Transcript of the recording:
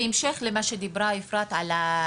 בהמשך למה שאפרת אמרה,